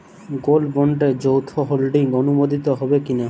Gold বন্ডে যৌথ holding অনুমোদিত হবে কিনা?